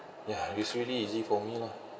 ya it's really easy for me lah